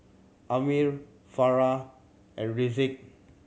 Ammir Farah and Rizqi